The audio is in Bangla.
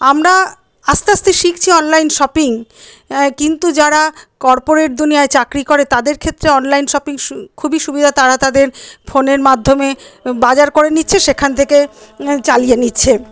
আমরা আস্তে আস্তে শিখছি অনলাইন শপিং কিন্তু যারা কর্পোরেট দুনিয়ায় চাকরি করে তাদের ক্ষেত্রে অনলাইন শপিং খুবই সুবিধা তারা তাদের ফোনের মাধ্যমে বাজার করে নিচ্ছে সেখান থেকে চালিয়ে নিচ্ছে